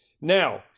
now